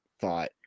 thought